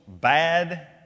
bad